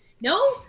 No